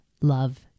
love